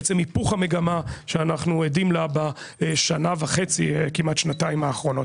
בעצם היפוך המגמה שאנחנו עדים לה בשנה וחצי כמעט שנתיים האחרונות,